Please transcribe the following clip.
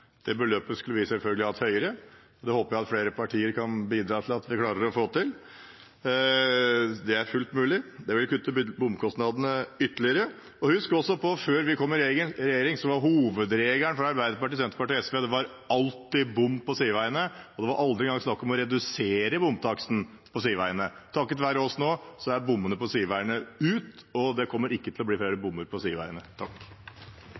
Det beløpet skulle vi selvfølgelig hatt høyere. Det håper jeg flere partier kan bidra til at vi klarer å få til. Det er fullt mulig. Det vil kutte bompengekostnadene ytterligere. Og husk også på: Før vi kom i regjering, var hovedregelen for Arbeiderpartiet, Senterpartiet og Sosialistisk Venstreparti alltid bom på sideveiene, og det var aldri engang snakk om å redusere bomtaksten på sideveiene. Takket være oss er bommene på sideveiene nå tatt ut, og det kommer ikke til å bli flere